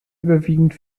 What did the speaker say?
überwiegend